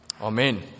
Amen